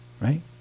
right